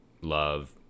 love